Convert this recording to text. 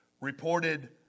reported